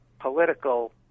political